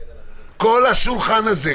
כל השולחן הזה,